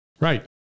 Right